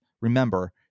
Remember